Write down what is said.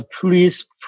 please